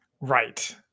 Right